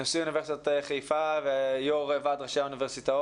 נשיא אוניברסיטת חיפה ויושב ראש ועד ראשי האוניברסיטאות.